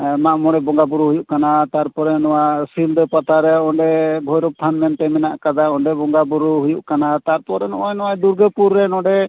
ᱢᱟᱜᱢᱚᱬᱮ ᱵᱚᱸᱜᱟᱵᱩᱨᱩ ᱦᱩᱭᱩᱜ ᱠᱟᱱᱟ ᱛᱟᱨᱯᱚᱨᱮ ᱱᱚᱣᱟ ᱥᱤᱞᱫᱟᱹ ᱯᱟᱛᱟᱨᱮ ᱚᱸᱰᱮ ᱵᱷᱳᱭᱨᱳᱵ ᱛᱷᱟᱱ ᱢᱮᱱᱛᱮ ᱢᱮᱱᱟᱜ ᱠᱟᱫᱟ ᱚᱸᱰᱮ ᱵᱚᱸᱜᱟ ᱵᱩᱨᱩ ᱦᱩᱭᱩᱜ ᱠᱟᱱᱟ ᱛᱟᱨᱯᱚᱨᱮ ᱱᱚᱜᱼᱚᱭ ᱱᱚᱣᱟ ᱫᱩᱨᱜᱟᱹᱯᱩᱨ ᱨᱮ ᱱᱚᱸᱰᱮ